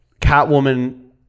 Catwoman